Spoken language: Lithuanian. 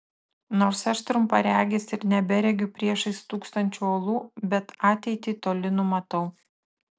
nors aš trumparegis ir neberegiu priešais stūksančių uolų bet ateitį toli numatau